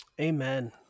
Amen